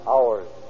Hours